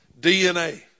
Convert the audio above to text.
DNA